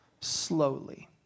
slowly